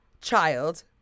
child